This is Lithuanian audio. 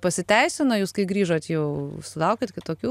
pasiteisino jūs kai grįžot jau sulaukėt kitokių